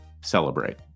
celebrate